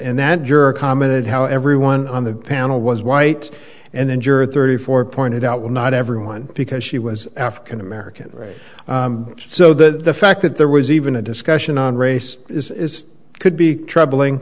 and that juror commented how everyone on the panel was white and then juror thirty four pointed out well not everyone because she was african american so the fact that there was even a discussion on race is could be troubling